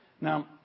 now